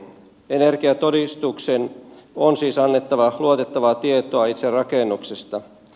energiatodistuksen on siis annettava luotettavaa tietoa itse rakennuksesta